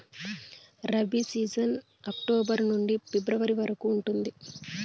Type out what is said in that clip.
rabi season October నుండి February వరకు ఉంటుంది